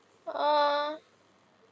err